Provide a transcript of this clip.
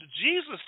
Jesus